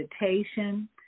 meditation